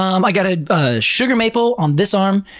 um got a sugar maple on this arm.